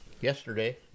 yesterday